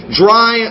dry